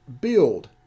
build